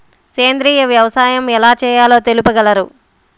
సేంద్రీయ వ్యవసాయం ఎలా చేయాలో తెలుపగలరు?